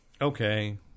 Okay